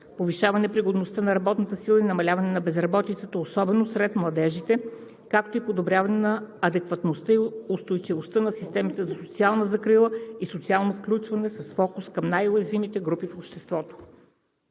повишаване на пригодността на работната сила и намаляване на безработицата, особено сред младежите, както и подобряване на адекватността и устойчивостта на системите за социална закрила и социално включване с фокус към най-уязвимите групи в обществото.